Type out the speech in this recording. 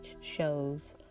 Shows